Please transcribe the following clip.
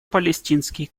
палестинский